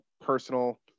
personal